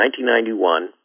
1991